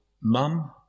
mum